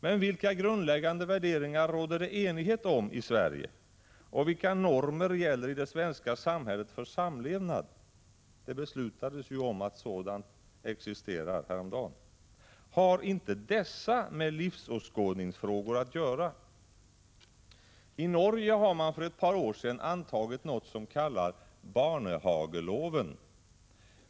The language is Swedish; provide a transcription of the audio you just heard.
Men vilka grundläggande värderingar råder det enighet om i Sverige? Och vilka normer gäller i det svenska samhället för samlevnad? Det beslutades ju häromdagen att sådana existerar. Har inte dessa med livsåskådningsfrågor att göra? I Norge antog man för ett par år sedan någonting som kallas Barnehageloven.